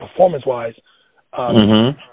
performance-wise